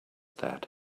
that